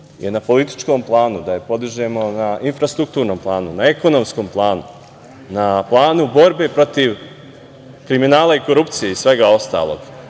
je na političkom planu, da je podižemo na infrastrukturnom planu, na ekonomskom planu, na planu borbe protiv kriminala i korupcije i svega ostalog,